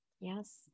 Yes